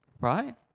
Right